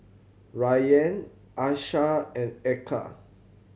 Rayyan Aishah and Eka